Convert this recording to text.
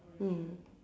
mm